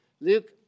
Luke